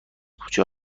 کوچه